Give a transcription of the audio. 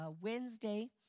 Wednesday